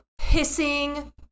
Pissing